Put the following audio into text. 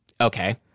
okay